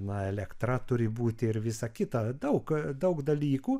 na elektra turi būti ir visa kita daug daug dalykų